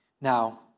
Now